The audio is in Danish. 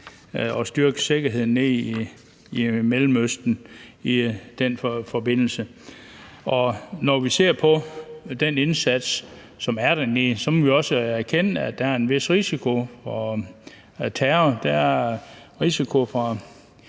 at styrke sikkerheden nede i Mellemøsten i den forbindelse. Når vi ser på den indsats, som er dernede, må vi også erkende, at der er en vis risiko for terror. Der er risiko fra